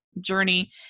journey